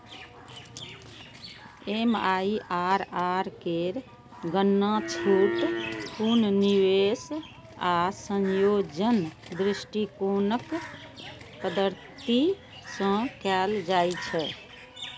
MIRR केर गणना छूट, पुनर्निवेश आ संयोजन दृष्टिकोणक पद्धति सं कैल जाइ छै